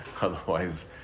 Otherwise